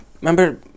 Remember